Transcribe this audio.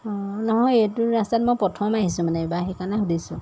নহয় এইটো ৰাস্তাত মই প্ৰথম আহিছোঁ মানে এইবাৰ সেইকাৰণে সুধিছোঁ